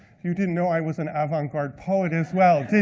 you didn't know i was an avant garde poet, as well,